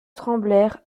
tremblèrent